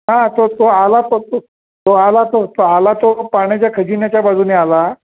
हा तो तो आला फक्त तो आला तो तो आला तो पाण्याच्या खजिन्याच्या बाजूने आला